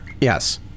yes